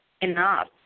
enough